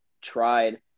tried